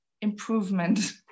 improvement